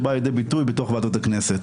שבאה לידי ביטוי בוועדות הכנסת.